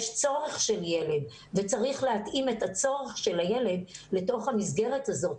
יש צורך של ילד וצריך להתאים את הצורך של הילד לתוך המסגרת הזאת.